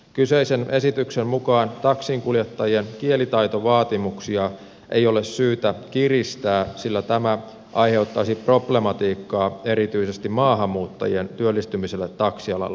kyseisen esityksen mukaan taksinkuljettajien kielitaitovaatimuksia ei ole syytä kiristää sillä tämä ai heuttaisi problematiikkaa erityisesti maahanmuuttajien työllistymiselle taksialalle